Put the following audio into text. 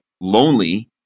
lonely